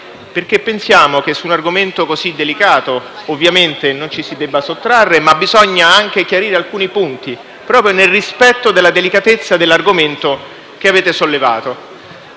perché pensiamo che su un argomento così delicato ovviamente non ci si debba sottrarre, ma che bisogna anche chiarire alcuni punti, proprio nel rispetto della delicatezza dell'argomento che avete sollevato.